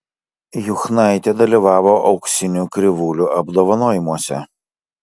juchnaitė dalyvavo auksinių krivūlių apdovanojimuose